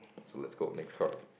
so let's go next card